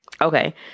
okay